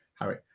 Harry